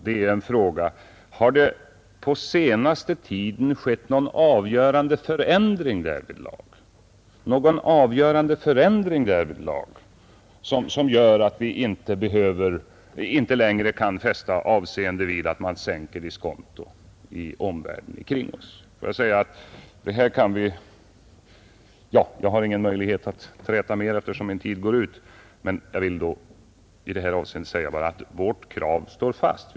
Den gäller om det på senaste tiden har inträffat någon avgörande förändring som gör att vi inte längre kan fästa avseende vid att man sänker diskontot i omvärlden. Jag skall inte använda mer av min repliktid till att träta härom utan vill bara säga att vårt krav står fast.